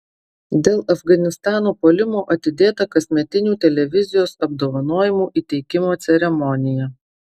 dėl afganistano puolimo atidėta kasmetinių televizijos apdovanojimų įteikimo ceremonija